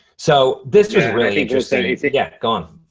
so this was really interesting. yeah, go on.